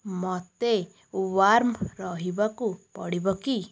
ମୋତେ ୱାର୍ମ୍ ରହିବାକୁ ପଡ଼ିବ କି